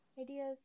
ideas